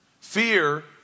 Fear